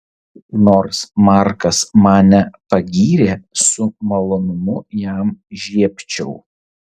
nors markas mane pagyrė su malonumu jam žiebčiau